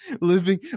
living